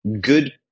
good